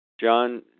John